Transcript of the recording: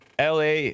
LA